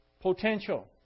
Potential